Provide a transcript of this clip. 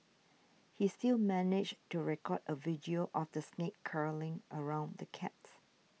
he still managed to record a video of the snake curling around the cat